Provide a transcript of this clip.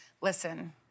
Listen